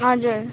हजुर